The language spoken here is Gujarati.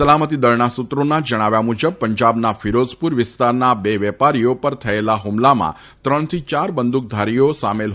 સલામતી દળના સુત્રોના જણાવ્યા મુજબ પંજાબના ફીરોઝપુર વિસ્તારના આ બે વેપારીઓ પર થયેલા ફમલામાં ત્રણ થી ચાર બંદુક ધારીઓ હોવાના અહેવાલ છે